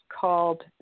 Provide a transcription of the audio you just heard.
called